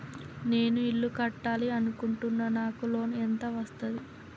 నేను ఇల్లు కట్టాలి అనుకుంటున్నా? నాకు లోన్ ఎంత వస్తది?